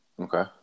okay